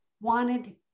wanted